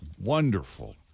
wonderful